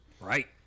Right